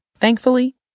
Thankfully